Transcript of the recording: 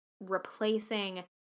replacing